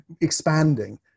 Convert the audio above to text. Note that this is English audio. expanding